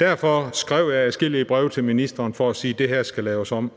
Derfor skrev jeg adskillige breve til ministeren for at sige, at det her skulle laves om.